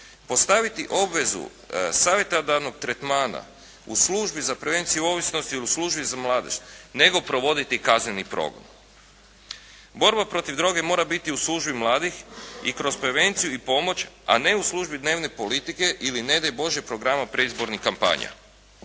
postaviti obvezu savjetodavnog tretmana u službi za prevenciju ovisnosti ili u službi za mladež nego provoditi kazneni provod. Borba protiv droge mora biti u službi mladih i kroz prevenciju i pomoć a ne u službi dnevne politike ili ne daj Bože programa predizbornih kampanja.